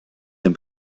dem